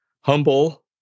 humble